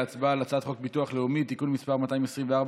להצבעה על הצעת חוק הביטוח הלאומי (תיקון מס' 224,